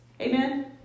Amen